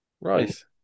Right